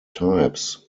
types